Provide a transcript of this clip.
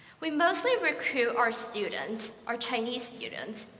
we mostly recruit our students, our chinese students,